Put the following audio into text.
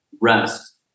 rest